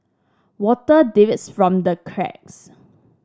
water from the cracks